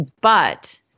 but-